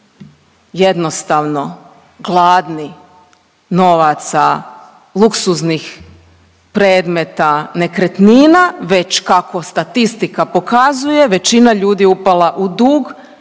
jednostavno gladni novaca, luksuznih predmeta, nekretnina već kako statistika pokazuje većina ljudi je upala u dug